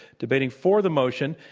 debating for the motion,